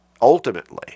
ultimately